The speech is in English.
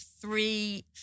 three